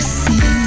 see